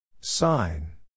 Sign